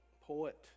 poet